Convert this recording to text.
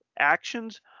Actions